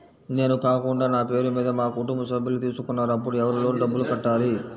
నేను కాకుండా నా పేరు మీద మా కుటుంబ సభ్యులు తీసుకున్నారు అప్పుడు ఎవరు లోన్ డబ్బులు కట్టాలి?